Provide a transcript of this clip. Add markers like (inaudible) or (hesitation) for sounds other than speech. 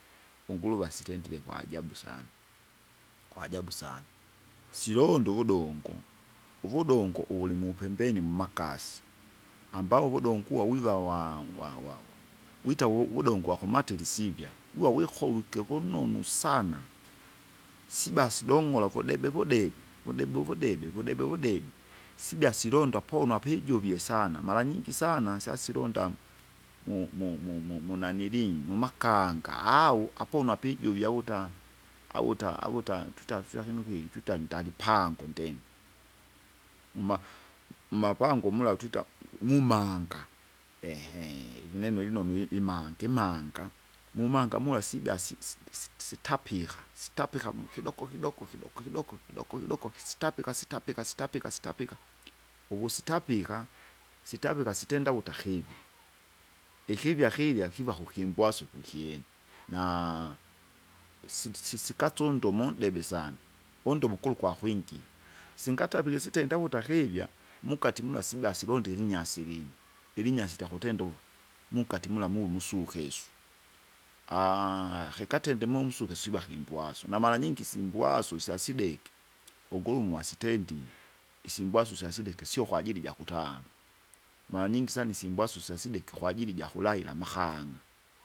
Unguruva asitendire kwajabu sana, kwajabu sana, silonda uvudongo, uvudongo uvulimupembeni mmakasi, amabo uvudongo uwa wiva wa- wa- wa- wita uv- vudongo wakumatira isipya, wiwa wikolwike vununu sana, siba sidong'ola vudebe wudebe, wudebe uvdeve, wudebe uvudebe, sija silonda aponwa apa ijuvie sana. Maranyingi sana, syasilonda, mu- mu- mu- mu- munanilii mumakanga, au aponwa apa ijuvia awuta, awuta, awuta, tuta (unintelligible) tuitandalipango ndenyi. Mma- mmapango mula twita, mumanga, (hesitation) ivineneo lino mili imange imanga, mumanga mula sida si- si- si- sitapika, sitapika mukidoko kidoko, kidoko kidoko, kidoko kidoko, kisitapika sitapika sitapika sitapika, uvusitapika, sitapika sitenda uvuta akivya. Ikivya kirya kiva kukibwasuku ikyene na, (noise) usindi si- sikasu undomo undebe sana, undomo ukula ukwakingira, singatavie sitenda uvuta akija mukati mula siba silonde ilinyasi ilingi, lilinyasi ityakutenda uvuki umukati mula mulu usukesu. (hesitation) kikatindi munsuke siva kimbwasu, na maranyingi simbwasu syasideke. Ungurumwa asitendi, isimbwasu syasideke sio kwajili jakutanga, maranyingi sana isimbwasu syasideke kwajili jakulaila akamu.